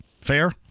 Fair